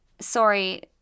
sorry